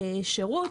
שירות,